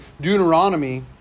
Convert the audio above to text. Deuteronomy